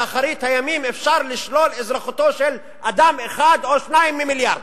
באחרית הימים אפשר לשלול אזרחות של אדם אחד או שניים מתוך מיליארד.